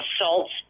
assaults